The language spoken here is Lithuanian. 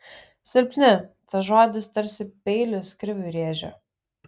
silpni tas žodis tarsi peilis kriviui rėžė